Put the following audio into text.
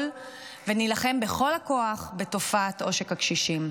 ונילחם בכל הכוח בתופעת עושק הקשישים.